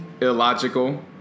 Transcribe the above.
Illogical